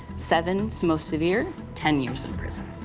seven is most severe, ten years in prison.